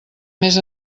més